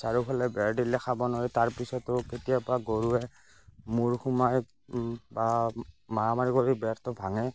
চাৰিওফালে বেৰ দিলে খাব নোৱাৰে তাৰ পিছতো কেতিয়াবা গৰুৱে মূৰ সোমাই বা মাৰা মাৰি কৰি বেৰটো ভাঙে